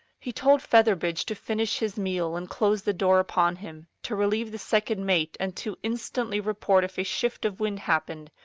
he told featherbridge to finish his meal and close the door upon him, to relieve the second mate, and to instantly report if a shift of wind happened,